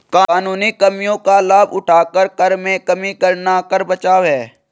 कानूनी कमियों का लाभ उठाकर कर में कमी करना कर बचाव है